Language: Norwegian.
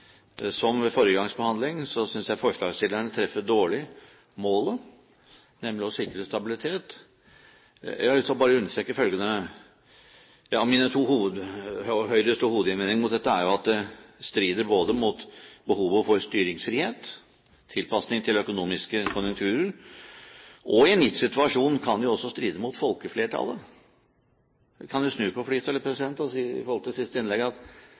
Som ved forrige gangs behandling, synes jeg forslagsstillerne treffer målet om å sikre stabilitet dårlig. Jeg har bare lyst til å understreke følgende: Høyres to hovedinnvendinger mot dette er at det strider mot behovet for styringsfrihet, tilpasning til økonomiske konjunkturer, og i en gitt situasjon kan det også stride mot folkeflertallet. Vi kan jo snu på flisa og si til siste innlegg at det kan tenkes at